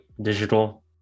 digital